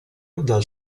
dal